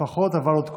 "פחות אבל עוד כואב".